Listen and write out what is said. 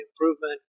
improvement